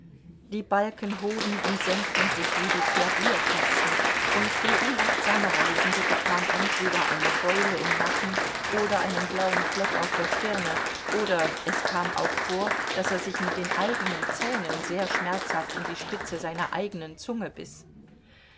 die balken hoben und senkten sich wie die klaviertasten und der unachtsame reisende bekam entweder eine beule im nacken oder einen blauen fleck auf der stirne oder es kam auch vor daß er sich mit den eigenen zähnen sehr schmerzhaft in die spitze seiner eigenen zunge biß